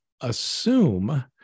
assume